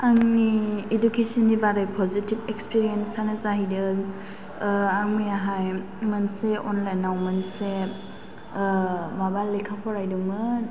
आंनि इदुकेसन नि बागै पजिटिभ इक्सपेरियेन्स आनो जाहैदों आं मैयाहाय मोनसे अनलाइन आव मोनसे माबा लेखा फरायदोंमोन